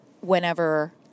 whenever